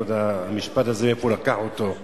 אני לא יודע מאיפה הוא לקח את המשפט הזה,